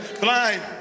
Blind